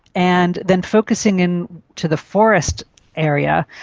and then focusing in to the forest area,